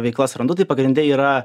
veiklas randu tai pagrinde yra